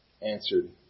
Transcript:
answered